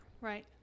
Right